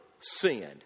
sinned